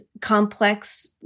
complex